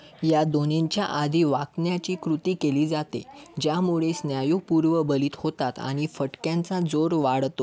या दोन्हींच्या आधी वाकण्याची कृती केली जाते ज्यामुळे स्नायू पूर्वबलित होतात आणि फटक्यांचा जोर वाढतो